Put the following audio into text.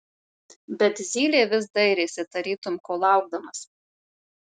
bet zylė vis dairėsi tarytum ko laukdamas